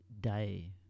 day